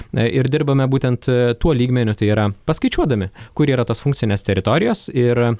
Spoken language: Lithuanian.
na ir dirbame būtent tuo lygmeniu tai yra paskaičiuodami kur yra tos funkcinės teritorijos ir